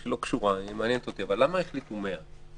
למה החליטו 100?